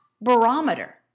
barometer